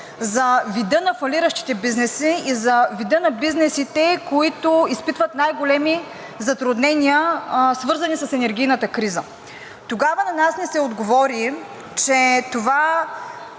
за вида на фалиращите бизнеси и за вида на бизнесите, които изпитват най-големи затруднения, свързани с енергийната криза. Тогава на нас ни се отговори, че това